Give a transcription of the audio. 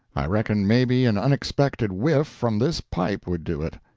i reckon may be an unexpected whiff from this pipe would do it.